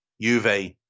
Juve